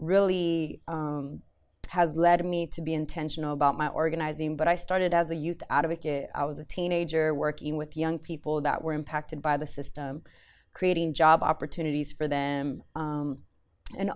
really has led me to be intentional about my organizing but i started as a youth advocate i was a teenager working with young people that were impacted by the system creating job opportunities for them